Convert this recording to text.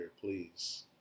please